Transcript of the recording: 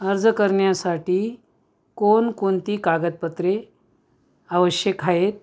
अर्ज करण्यासाठी कोणकोणती कागदपत्रे आवश्यक आहे